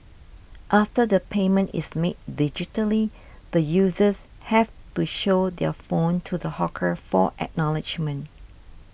after the payment is made digitally the users have to show their phone to the hawker for acknowledgement